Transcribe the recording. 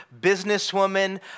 businesswoman